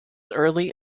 early